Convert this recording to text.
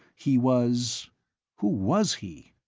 he was who was he?